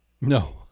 No